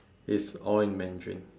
it's all in mandarin